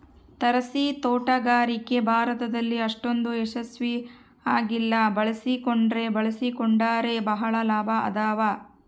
ತಾರಸಿತೋಟಗಾರಿಕೆ ಭಾರತದಲ್ಲಿ ಅಷ್ಟೊಂದು ಯಶಸ್ವಿ ಆಗಿಲ್ಲ ಬಳಸಿಕೊಂಡ್ರೆ ಬಳಸಿಕೊಂಡರೆ ಬಹಳ ಲಾಭ ಅದಾವ